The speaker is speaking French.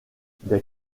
des